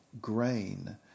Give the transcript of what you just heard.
grain